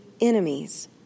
enemies